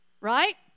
Right